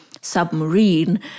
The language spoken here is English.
submarine